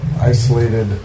Isolated